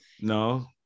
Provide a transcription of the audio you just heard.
No